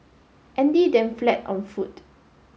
Andy then fled on foot